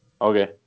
Okay